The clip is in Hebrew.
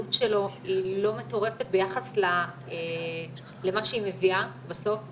שהעלות שלו היא לא מטורפת ביחס למה שהיא מביאה בסוף כתוצאה.